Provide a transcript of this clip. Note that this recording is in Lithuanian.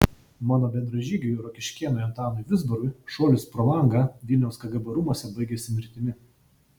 mano bendražygiui rokiškėnui antanui vizbarui šuolis pro langą vilniaus kgb rūmuose baigėsi mirtimi